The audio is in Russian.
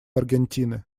аргентины